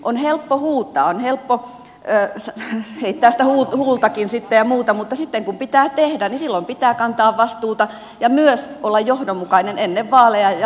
on helppo huutaa on helppo heittää sitä huultakin sitten ja muuta mutta sitten kun pitää tehdä niin silloin pitää kantaa vastuuta ja myös olla johdonmukainen ennen vaaleja ja vaalien jälkeen